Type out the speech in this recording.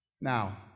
Now